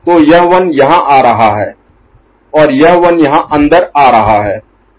तो यह 1 यहाँ आ रहा है और यह 1 यहाँ अंदर आ रहा है